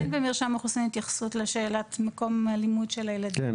אין במרשם האוכלוסין התייחסות לשאלת מקום הלימוד של הילדים כן,